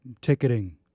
ticketing